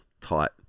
tight